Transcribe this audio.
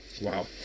Wow